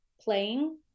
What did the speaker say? playing